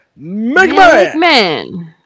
McMahon